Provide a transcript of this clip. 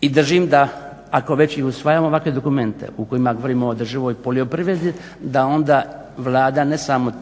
I držim da, ako već i usvajamo ovakve dokumente u kojima govorimo o održivoj poljoprivredi da onda Vlada ne samo